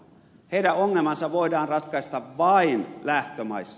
heidän ongelmansa voidaan ratkaista vain lähtömaissa